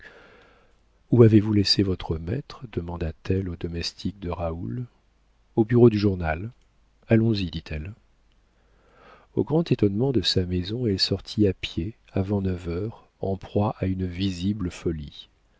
où avez-vous laissé votre maître demanda-t-elle au domestique de raoul au bureau du journal allons-y dit-elle au grand étonnement de sa maison elle sortit à pied avant neuf heures en proie à une visible folie